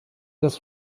das